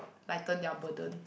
lighten their burden